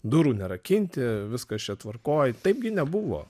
durų nerakinti viskas čia tvarkoj taipgi nebuvo